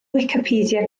wicipedia